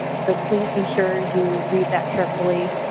so please be sure you read that carefully.